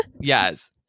Yes